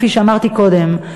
כפי שאמרתי קודם,